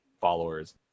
followers